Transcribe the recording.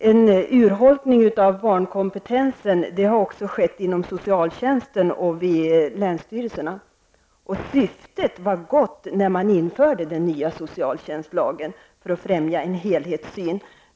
En urholkning av barnkompetensen har också skett inom socialtjänsten och vid länsstyrelserna. Syftet var gott när man införde den nya socialtjänstlagen för att främja en helhetssyn.